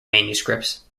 manuscripts